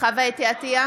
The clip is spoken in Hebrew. חוה אתי עטייה,